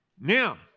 Now